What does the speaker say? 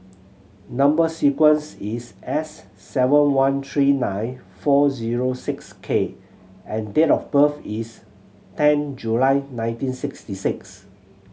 number sequence is S seven one three nine four zero six K and date of birth is ten July nineteen sixty six